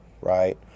right